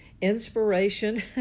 inspiration